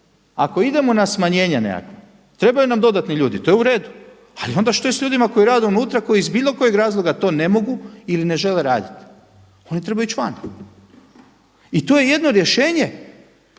Ako idemo na smanjenje nekakvo, trebaju nam dodatni ljudi to je uredu, ali onda šta je s ljudima koji rade unutra koji iz bilo kojeg razloga to ne mogu ili ne žele raditi, oni trebaju ići van. I to je jedno rješenje